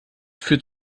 führt